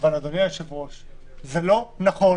אדוני היושב ראש, זה לא נכון